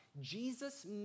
Jesus